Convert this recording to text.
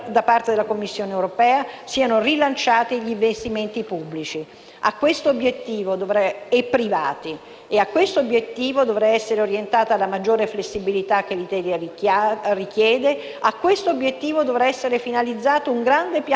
e privati. A questo obiettivo dovrà essere orientata la maggiore flessibilità che ciò richiede e a questo obiettivo dovrà essere finalizzato un grande piano europeo che moltiplichi l'entità e gli strumenti del piano Juncker.